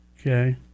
Okay